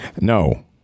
No